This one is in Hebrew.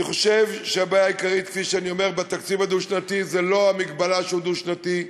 אני חושב שהבעיה העיקרית בתקציב הדו-שנתי היא לא המגבלה שהוא דו-שנתי,